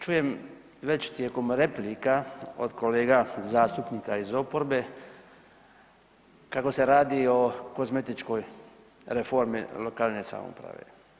Čujem već tijekom replika od kolega zastupnika iz oporbe kako se radi o kozmetičkoj reformi lokalne samouprave.